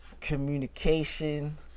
communication